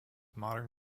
modern